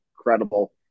incredible